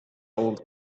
old